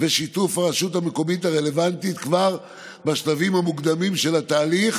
ושיתוף הרשות המקומית הרלוונטית כבר בשלבים המוקדמים של התהליך